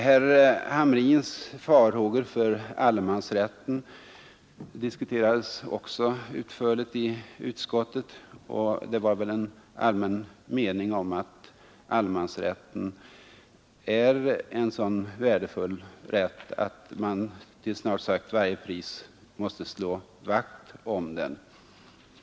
Allemansrätten, som herr Hamrin har farhågor för, diskuterades också utförligt i utskottet, och det var då en allmän mening att allemansrätten är så värdefull att vi snart sagt till varje pris måste slå vakt om den.